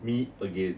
me again